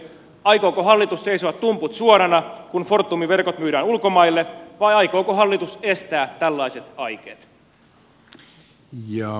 aikooko hallitus seisoa tumput suorana kun fortumin verkot myydään ulkomaille vai aikooko hallitus estää tällaiset aikeet